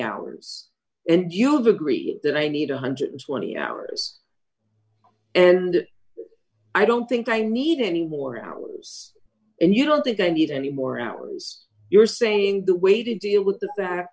hours and you'll agree that i need one hundred and twenty hours and i don't think i need any more hours and you don't think i need any more hours you're saying the way to deal with the fact